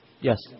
Yes